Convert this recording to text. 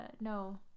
no